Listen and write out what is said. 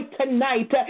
tonight